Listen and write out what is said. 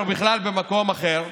שהם והאוזר כבר היום בכלל במקום אחר,